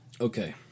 Okay